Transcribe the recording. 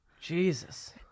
Jesus